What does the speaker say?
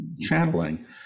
channeling